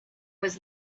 was